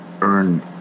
earn